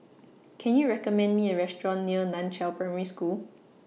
Can YOU recommend Me A Restaurant near NAN Chiau Primary School